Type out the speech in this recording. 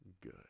good